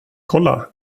kolla